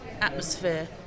atmosphere